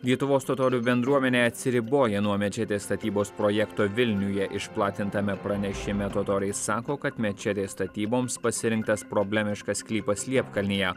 lietuvos totorių bendruomenė atsiriboja nuo mečetės statybos projekto vilniuje išplatintame pranešime totoriai sako kad mečetės statyboms pasirinktas problemiškas sklypas liepkalnyje